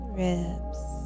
ribs